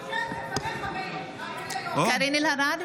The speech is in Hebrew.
(קוראת בשם חברת הכנסת) קארין אלהרר,